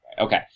Okay